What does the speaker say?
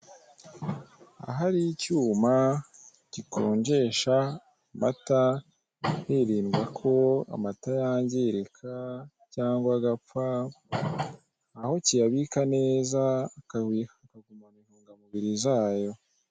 Aha hari icyuma gikonjesha amata hirindwa ko amata yangirika cyangwa agapfa, aho kiyabika neza akagumana intungamubiri zayo.